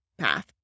path